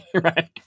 Right